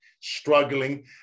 struggling